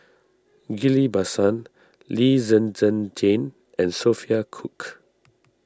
Ghillie Basan Lee Zhen Zhen Jane and Sophia Cooke